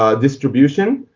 ah distribution,